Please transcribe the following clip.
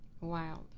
Wild